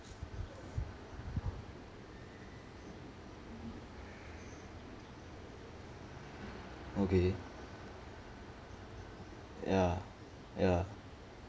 okay ya ya